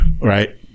Right